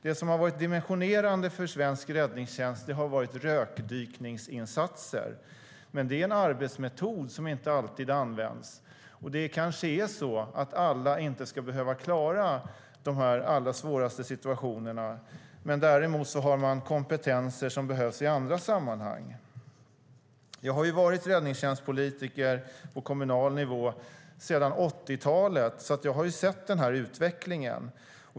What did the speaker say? Det som har varit dimensionerande för svensk räddningstjänst har varit rökdykningsinsatser, men det är en arbetsmetod som inte alltid används. Och det kanske är så att alla inte ska behöva klara de allra svåraste situationerna. Men däremot har man kompetenser som behövs i andra sammanhang. Jag har varit räddningstjänstpolitiker på kommunal nivå sedan 80-talet, så jag har sett den här utvecklingen.